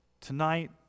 tonight